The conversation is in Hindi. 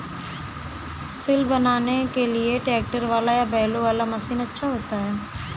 सिल बनाने के लिए ट्रैक्टर वाला या बैलों वाला मशीन अच्छा होता है?